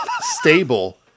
stable